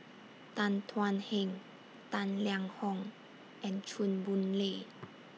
Tan Thuan Heng Tang Liang Hong and Chew Boon Lay